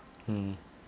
mm